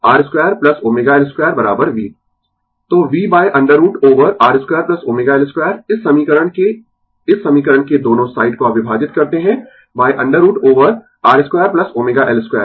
तो v √ over R 2ω L 2 इस समीकरण के इस समीकरण के दोनों साइड को आप विभाजित करते है √ ओवर R 2ω L 2